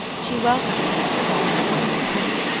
she welcomed him with all her white teeth,